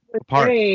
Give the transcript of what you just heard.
apart